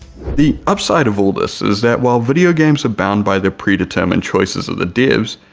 the upside of all this is that while video games are bound by the predetermined choices of the devs,